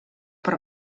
per